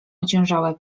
ociężałe